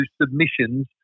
submissions